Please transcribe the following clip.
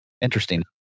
interesting